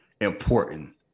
important